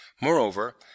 Moreover